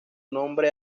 nombre